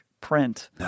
print